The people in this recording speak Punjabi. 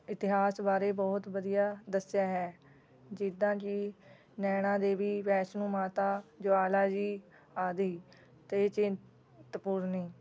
ਇਤਿਹਾਸ ਬਾਰੇ ਬਹੁਤ ਵਧੀਆ ਦੱਸਿਆ ਹੈ ਜਿੱਦਾਂ ਕਿ ਨੈਣਾਂ ਦੇਵੀ ਵੈਸ਼ਨੋ ਮਾਤਾ ਜਵਾਲਾਜੀ ਆਦਿ ਅਤੇ ਚਿੰਤਪੁਰਨੀ